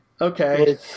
okay